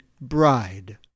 bride